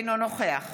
אינו נוכח